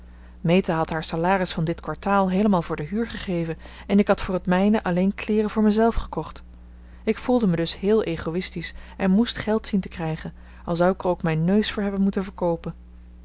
meta had haar salaris van dit kwartaal heelemaal voor de huur gegeven en ik had voor het mijne alleen kleeren voor mezelf gekocht ik voelde me dus heel egoïstisch en moest geld zien te krijgen al zou ik er ook mijn neus voor hebben moeten verkoopen